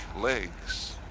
legs